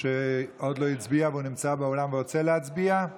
שעוד לא הצביע והוא נמצא באולם ורוצה להצביע?